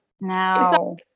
No